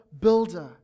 builder